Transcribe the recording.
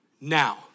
Now